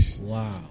Wow